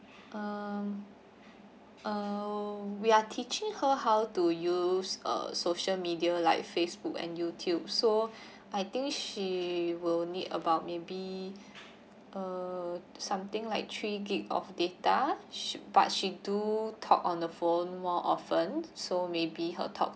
um orh we are teaching her how to use uh social media like Facebook and Youtube so I think she will need about maybe uh something like three G_B of data should but she do talk on the phone more often so maybe her talk time